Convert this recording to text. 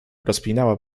rozpinała